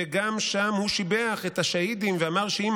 וגם שם הוא שיבח את השהידים ואמר שאם